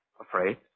Afraid